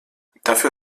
dafür